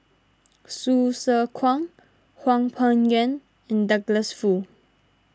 Hsu Tse Kwang Hwang Peng Yuan and Douglas Foo